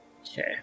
Okay